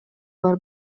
бар